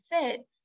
fit